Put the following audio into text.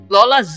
Lola